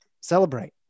celebrate